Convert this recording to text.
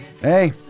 Hey